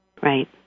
Right